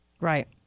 Right